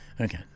Okay